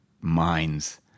minds